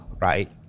right